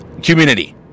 Community